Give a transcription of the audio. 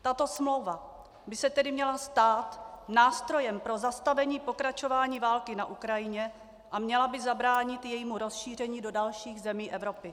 Tato smlouva by se tedy měla stát nástrojem pro zastavení pokračování války na Ukrajině a měla by zabránit jejímu rozšíření do dalších zemí Evropy.